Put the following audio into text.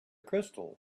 crystal